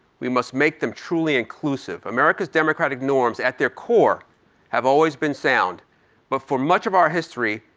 we must make them truly inclusive. america's democratic norms at their core have always been sound but for much of our history,